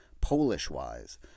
Polish-wise